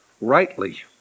rightly